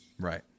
Right